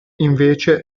invece